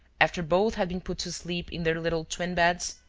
after both had been put to sleep in their little twin beds,